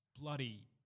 bloody